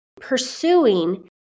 pursuing